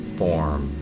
form